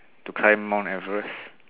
to climb Mount Everest